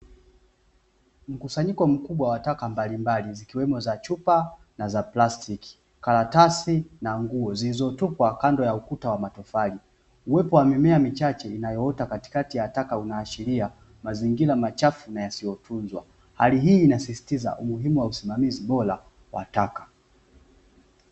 Mkusanyiko mkubwa wa taka mbalimbali zikiwemo za chupa na za plastiki, karatasi na nguo zilizotupwa kando ya ukuta wa matofali. Uwepo wa mimea michache inayoota katikati taka ikiashiria mazingira machafu na yasiyotunza. Hali hii inasisitiza umuhimu wa usimamizi bora wa taka.